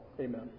Amen